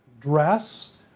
dress